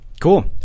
Cool